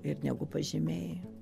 ir negu pažymiai